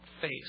face